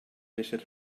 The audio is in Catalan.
éssers